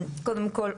קודם כול,